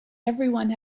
everyone